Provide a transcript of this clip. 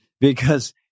because-